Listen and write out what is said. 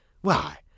why